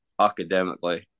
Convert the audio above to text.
academically